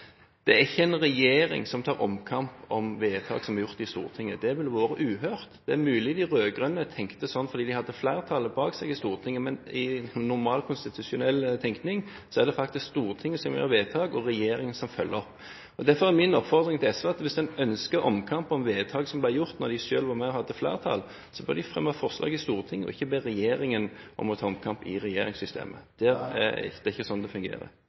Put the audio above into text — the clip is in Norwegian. er ikke en regjering som tar omkamp om vedtak som er gjort i Stortinget. Det ville vært uhørt. Det er mulig de rød-grønne tenkte sånn fordi de hadde flertallet bak seg i Stortinget, men i normal konstitusjonell tekning er det faktisk Stortinget som gjør vedtak, og regjeringen som følger opp. Derfor er min oppfordring til SV: Hvis en ønsker omkamp om vedtak som ble gjort da de selv var med og hadde flertall, bør de fremme forslag i Stortinget og ikke be regjeringen om å ta omkamp i regjeringssystemet. Det er ikke sånn det fungerer.